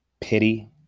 pity